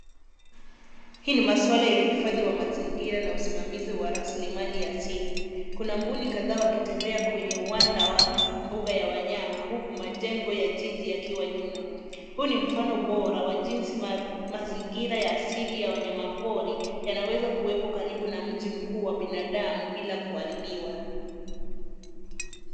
Hii ni masuala ya uhifadhi wa mazingira na usimamizi wa rasilimali asili. Kuna mbuni kadhaa wakitembea kwenye uwanja wa mbuga ya wanyama huku majengo ya jiji yakiwa nyuma. Huu ni mfano bora wa jinsi mazingira ya asili ya wanyamapori yanaweza kuwepo na mji mkuu wa biandamu bila kuharibiwa.